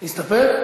להסתפק?